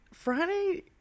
Friday